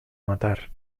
matar